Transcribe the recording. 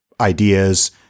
ideas